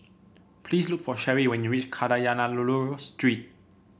please look for Cheri when you reach Kadayanallur Street